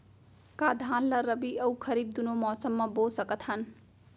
का धान ला रबि अऊ खरीफ दूनो मौसम मा बो सकत हन?